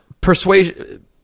Persuasion